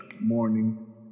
Morning